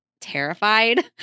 terrified